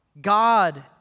God